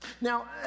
Now